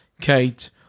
Kate